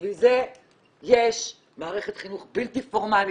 בשביל זה יש מערכת חינוך בלתי פורמלית.